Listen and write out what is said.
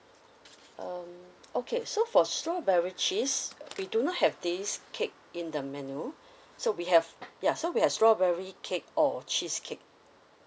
um okay so for strawberry cheese we do not have this cake in the menu so we have ya so we have strawberry cake or cheesecake